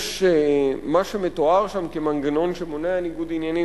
מה שמתואר שם כמנגנון שמונע ניגוד עניינים